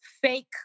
fake